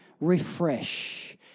refresh